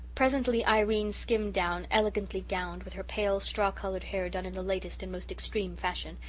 presently, irene skimmed down, elegantly gowned, with her pale, straw-coloured hair done in the latest and most extreme fashion,